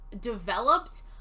developed